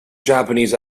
japanese